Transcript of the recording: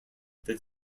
that